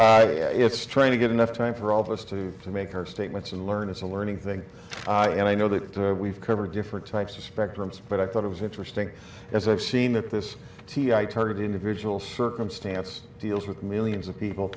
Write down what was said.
it's trying to get enough time for all of us to to make her statements and learn it's a learning thing and i know that we've covered different types of spectrums but i thought it was interesting as i've seen that this t d i target individual circumstance deals with millions